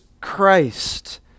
Christ